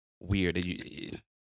weird